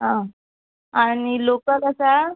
आ आनी लोकल आसा